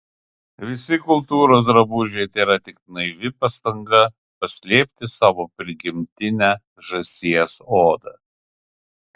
visi kultūros drabužiai tėra tik naivi pastanga paslėpti savo prigimtinę žąsies odą